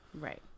Right